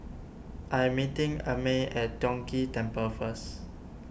I am meeting Amey at Tiong Ghee Temple first